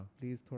Please